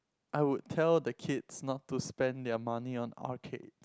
I would tell the kids not to spend their money on arcade